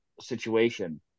situation